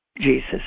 Jesus